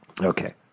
okay